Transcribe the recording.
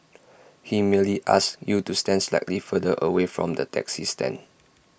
he merely asked you to stand slightly further away from the taxi stand